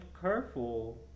careful